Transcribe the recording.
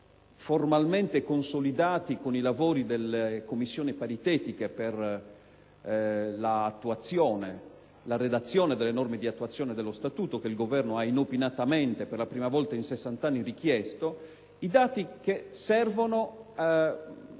formalmente consolidati con i lavori delle Commissioni paritetiche per la redazione delle norme di attuazione dello Statuto, che il Governo stesso ha inopinatamente richiesto, per la prima volta in sessant'anni. Si tratta dei dati che servono a